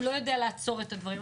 לא יודע לעצור את הדברים,